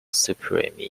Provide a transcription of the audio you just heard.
supreme